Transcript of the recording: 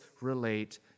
relate